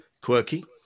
Quirky